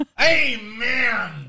Amen